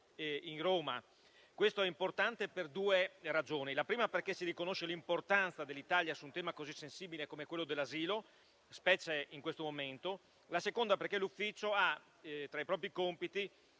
in Roma. Questo è importante per due ragioni. La prima è che si riconosce l'importanza dell'Italia su un tema così sensibile come quello dell'asilo, specie in questo momento. La seconda è che l'Ufficio ha tra i propri compiti